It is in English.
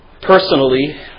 Personally